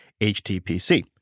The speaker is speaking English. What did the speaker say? HTPC